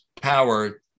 power